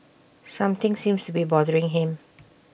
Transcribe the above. something seems to be bothering him